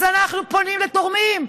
אז אנחנו פונים לתורמים.